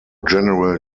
general